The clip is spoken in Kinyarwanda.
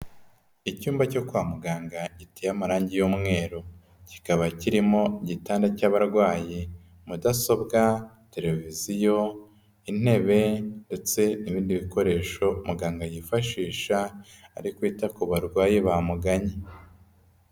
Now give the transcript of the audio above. Icyumba cyo kwa muganga giteye amarangi y'umweru, kikaba kirimo igitanda cy'abarwayi, mudasobwa, televiziyo, intebe ndetse n'ibindi bikoresho muganga yifashisha ari kwita ku barwayi bamuganye.